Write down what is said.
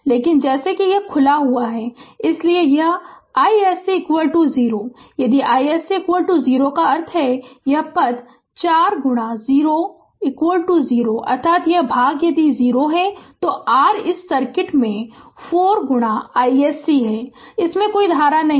लेकिन जैसा कि यह खुला है इसलिए यह iSC 0 यदि iSC 0 का अर्थ है यह पद भी ४ गुणा 0 0 अर्थात यह भाग है यदि यह 0 है तो r इस सर्किट में 4 गुणा iSC है तो इसमें कोई धारा नहीं है